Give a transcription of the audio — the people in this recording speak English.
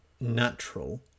natural